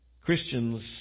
Christians